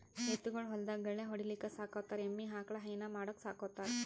ಎತ್ತ್ ಗೊಳ್ ಹೊಲ್ದಾಗ್ ಗಳ್ಯಾ ಹೊಡಿಲಿಕ್ಕ್ ಸಾಕೋತಾರ್ ಎಮ್ಮಿ ಆಕಳ್ ಹೈನಾ ಮಾಡಕ್ಕ್ ಸಾಕೋತಾರ್